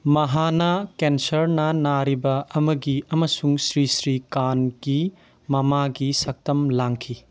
ꯃꯍꯥꯅꯥ ꯀꯦꯟꯁꯔꯅ ꯅꯥꯔꯤꯕ ꯑꯃꯒꯤ ꯑꯃꯁꯨꯡ ꯁ꯭ꯔꯤ ꯁ꯭ꯔꯤ ꯀꯥꯟꯀꯤ ꯃꯃꯥꯒꯤ ꯁꯛꯇꯝ ꯂꯥꯡꯈꯤ